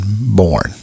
born